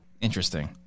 interesting